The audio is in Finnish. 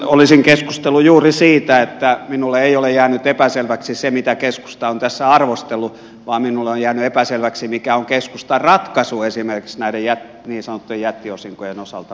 olisin keskustellut juuri siitä että minulle ei ole jäänyt epäselväksi se mitä keskusta on tässä arvostellut vaan minulle on jäänyt epäselväksi mikä on keskustan ratkaisu esimerkiksi näiden niin sanottujen jättiosinkojen osalta